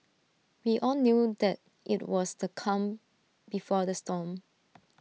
we all knew that IT was the calm before the storm